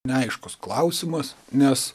neaiškus klausimas nes